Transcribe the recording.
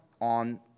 on